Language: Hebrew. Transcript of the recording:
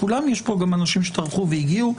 יש פה גם אנשים שטרחו והגיעו.